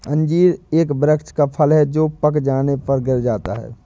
अंजीर एक वृक्ष का फल है जो पक जाने पर गिर जाता है